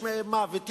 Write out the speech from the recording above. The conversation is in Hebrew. יש מוות,